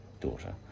Daughter